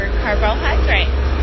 carbohydrates